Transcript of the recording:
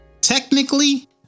technically